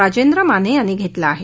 राजेंद्र माने यांनी घेतला आहे